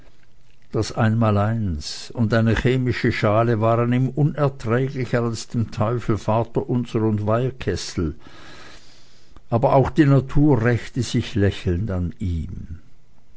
das einmaleins und eine chemische schale waren ihm unerträglicher als dem teufel vaterunser und weihkessel aber auch die natur rächte sich lächelnd an ihm